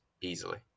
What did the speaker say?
easily